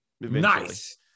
nice